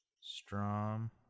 Strom